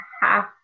half